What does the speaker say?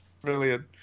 brilliant